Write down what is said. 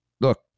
look